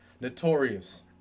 notorious